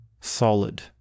solid